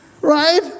Right